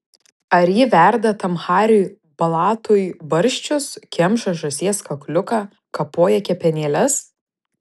ar ji verda tam hariui blatui barščius kemša žąsies kakliuką kapoja kepenėles